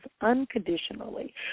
unconditionally